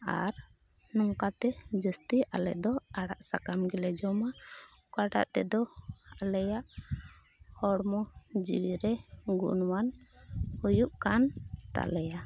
ᱟᱨ ᱱᱚᱝᱠᱟᱛᱮ ᱡᱟᱹᱥᱛᱤ ᱟᱞᱮ ᱫᱚ ᱟᱲᱟᱜ ᱥᱟᱠᱟᱢ ᱜᱮᱞᱮ ᱡᱚᱢᱟ ᱚᱠᱟᱴᱟᱜ ᱛᱮᱫᱚ ᱟᱞᱮᱭᱟᱜ ᱦᱚᱲᱢᱚ ᱡᱤᱣᱤᱨᱮ ᱜᱩᱱᱢᱟᱱ ᱦᱩᱭᱩᱜ ᱠᱟᱱ ᱛᱟᱞᱮᱭᱟ